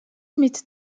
mit